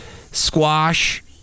squash